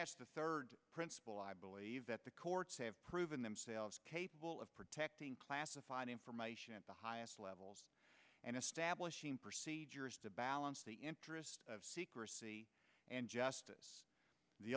that's the third principle i believe that the courts have proven themselves capable of protecting classified information at the highest levels and establishing procedures to balance the interest of secrecy and justice the